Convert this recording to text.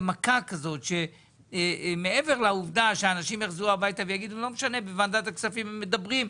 מכה כזאת אנשים יחזרו הביתה ויגידו: לא משנה שבוועדת הכספים מדברים,